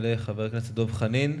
יעלה חבר הכנסת דב חנין,